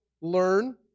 learn